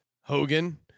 Hogan